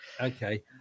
Okay